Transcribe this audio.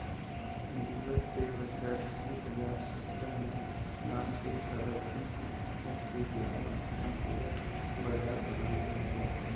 Google Pay बछर दू हजार सतरा म लांच होइस हवय जेन ह आज के बेरा म अपन पुरा बजार बना ले हवय